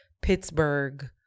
Pittsburgh